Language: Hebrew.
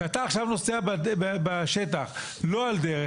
כשאתה נוסע לא על דרך,